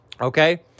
Okay